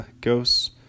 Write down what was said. Ghosts